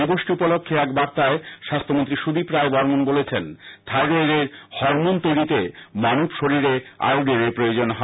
দিবসটি উপলক্ষ্যে এক বার্তায় স্বাস্হ্যমন্ত্রী সুদীপ রায় বর্মন বলেছেন থায়রয়েড হরমোন তৈরিতে মানব শরীরে আয়োডিনের প্রয়োজন হয়